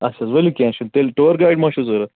آچھا حظ ؤلِو کیٚنٛہہ چھُنہٕ تیٚلہِ ٹور گایِڈ ما چھُو ضوٚرتھ